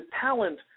talent